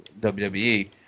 WWE